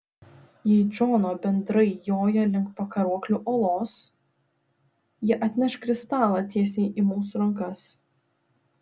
jei džono bendrai joja link pakaruoklių uolos jie atneš kristalą tiesiai į mūsų rankas